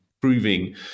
proving